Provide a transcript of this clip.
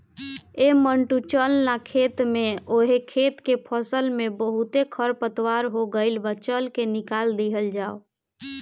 ऐ मंटू चल ना खेत में ओह खेत के फसल में बहुते खरपतवार हो गइल बा, चल के निकल दिहल जाव